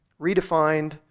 Redefined